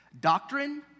doctrine